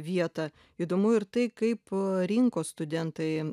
vietą įdomu ir tai kaip rinko studentai